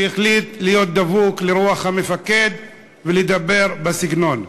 שהחליט להיות דבוק לרוח המפקד ולדבר בסגנון.